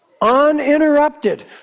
uninterrupted